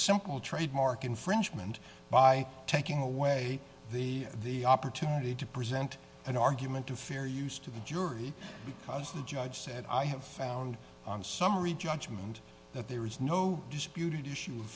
simple trademark infringement by taking away the the opportunity to present an argument to fair use to the jury because the judge said i have found a summary judgment that there is no disputed issue of